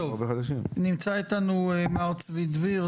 נמצא איתנו מר צבי דביר,